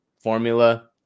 formula